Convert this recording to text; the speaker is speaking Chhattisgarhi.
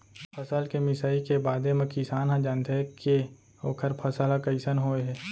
फसल के मिसाई के बादे म किसान ह जानथे के ओखर फसल ह कइसन होय हे